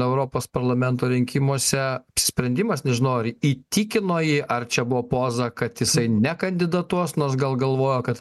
europos parlamento rinkimuose sprendimas nežinai ar įtikino jį ar čia buvo poza kad jisai nekandidatuos nors gal galvojo kad